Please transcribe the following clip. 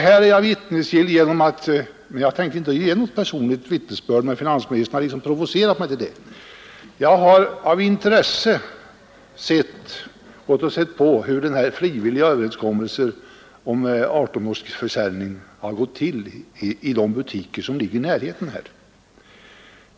Här är jag vittnesgill — jag tänkte inte ge något personligt vittnesbörd, men finansministern har provocerat mig till det — för jag har av intresse gått och sett på hur den frivilliga överenskommelsen om 18-årsgränsen för ölförsäljning har blivit tillämpad i de butiker som ligger här i närheten.